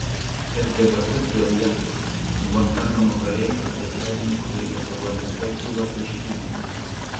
per debatus dėl jav gvantanamo kalėjimo trečiadienį kuveito parlamente kilo peštynės